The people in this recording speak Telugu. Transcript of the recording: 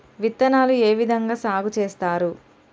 విత్తనాలు ఏ విధంగా సాగు చేస్తారు?